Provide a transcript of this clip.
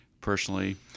personally